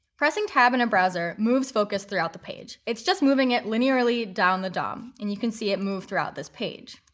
pressing tab in a browser moves focus throughout the page. it's just moving it linearly down the dom. and you can see it move throughout this page.